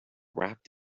wrapped